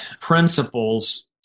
principles